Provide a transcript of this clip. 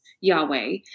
Yahweh